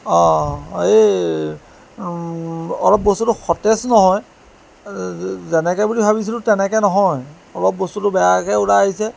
অঁ এই অলপ বস্তুটো সতেজ নহয় যেনেকৈ বুলি ভাবিছিলোঁ তেনেকৈ নহয় অলপ বস্তুটো বেয়াকৈ ওলাই আহিছে